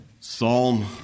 Psalm